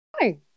hi